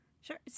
Sure